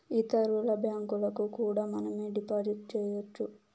ఇతరుల బ్యాంకులకు కూడా మనమే డిపాజిట్ చేయొచ్చు